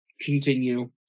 continue